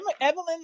Evelyn